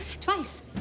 Twice